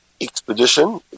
Expedition